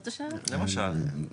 למשל.